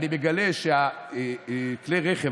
אני מגלה שכלי הרכב,